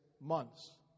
months